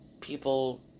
people